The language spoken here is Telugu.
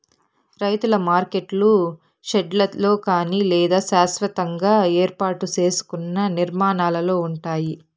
రైతుల మార్కెట్లు షెడ్లలో కానీ లేదా శాస్వతంగా ఏర్పాటు సేసుకున్న నిర్మాణాలలో ఉంటాయి